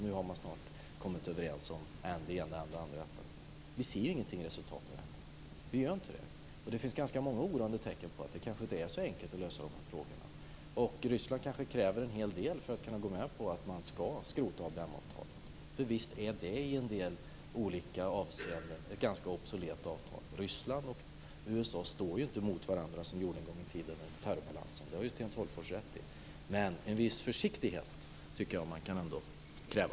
Nu har man snart kommit överens om än det ena, än det andra. Vi ser dock inget resultat av detta. Det finns ganska många oroande tecken på att det kanske inte är så enkelt att lösa de här frågorna. Ryssland kanske kräver en hel del för att kunna gå med på att man ska skrota ABM-avtalet. Visst är det i olika avseenden ganska obsolet. Ryssland och USA står inte mot varandra, som de gjorde en gång i tiden under terrorbalansen - det har Sten Tolgfors rätt i. Men en viss försiktighet tycker jag man ändå kan kräva.